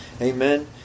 Amen